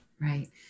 Right